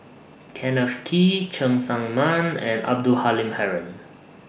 Kenneth Kee Cheng Tsang Man and Abdul Halim Haron